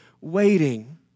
waiting